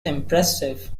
impressive